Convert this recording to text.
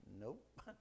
Nope